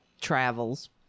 travels